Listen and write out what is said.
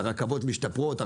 הרכבות משתפרות,